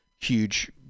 huge